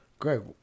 Greg